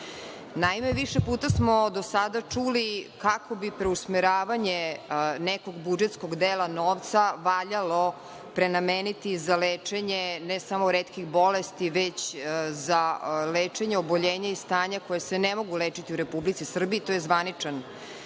pažnje. Naime, više puta smo do sada čuli kako bi preusmeravanje nekog budžetskog dela novca valjalo prenameniti za lečenje, ne samo retkih bolesti, već za lečenje oboljenja i stanja koje se ne mogu lečiti u Republici Srbiji, to je zvaničan naziv.